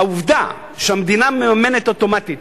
העובדה שהמדינה מממנת אוטומטית,